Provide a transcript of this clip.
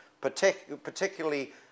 particularly